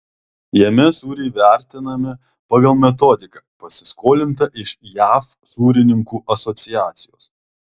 jame sūriai vertinami pagal metodiką pasiskolintą iš jav sūrininkų asociacijos